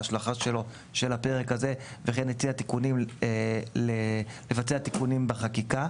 ההשלכה של הפרק הזה וכן הציעה לבצע תיקונים בחקיקה.